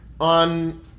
on